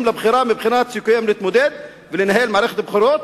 לבחירה מבחינת סיכוייהם להתמודד ולנהל מערכת בחירות,